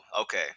okay